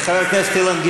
חבר הכנסת ביטן,